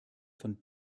von